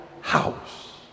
house